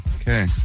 Okay